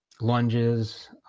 lunges